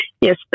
yes